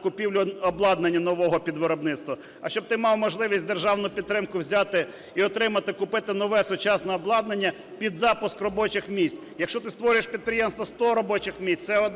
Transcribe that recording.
купівлю обладнання нового під виробництво, а щоб ти мав можливість державну підтримку взяти і отримати, купити нове сучасне обладнання під запуск робочих місць. Якщо ти створюєш в підприємстві 100 робочих місць, це